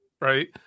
right